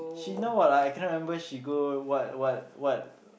she now what ah I cannot remember she go what what what